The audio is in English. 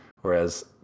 whereas